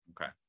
okay